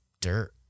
dirt